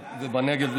מעל 20 תחנות משטרה,